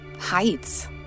heights